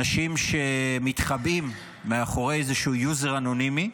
אנשים שמתחבאים מאחורי איזשהו יוזר אנונימי,